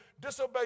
disobey